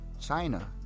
China